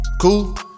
Cool